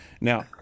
Now